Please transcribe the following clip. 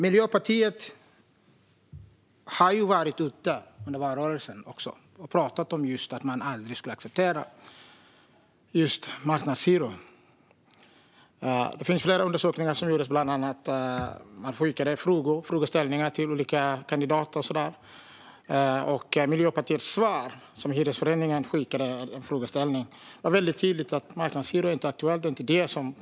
Miljöpartiet var under valrörelsen ute och pratade om att man aldrig skulle acceptera marknadshyror. Det gjordes flera undersökningar. Bland annat skickade man frågeställningar till olika kandidater. Miljöpartiets svar på en fråga som Hyresgästföreningen ställde var väldigt tydligt, nämligen att det inte är aktuellt med marknadshyror.